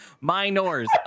minors